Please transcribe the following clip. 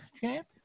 champ